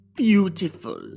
Beautiful